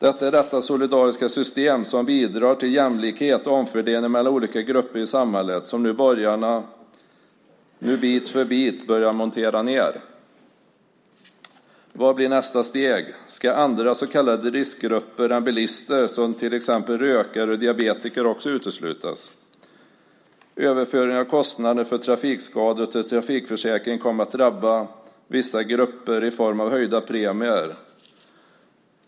Det är detta solidariska system, som bidrar till jämlikhet och omfördelning mellan olika grupper i samhället, som borgarna nu bit för bit börjar montera ned. Vad blir nästa steg? Ska andra så kallade riskgrupper än bilister, till exempel rökare och diabetiker, också uteslutas? Överföringen av kostnader för trafikskador till trafikförsäkringen kommer att drabba vissa grupper i form av höjda premier.